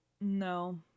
No